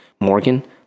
Morgan